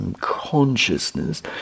consciousness